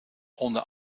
onder